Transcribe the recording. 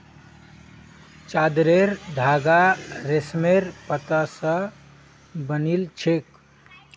चादरेर धागा रेशमेर पत्ता स बनिल छेक